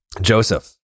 Joseph